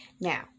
Now